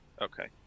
Okay